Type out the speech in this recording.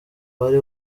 wari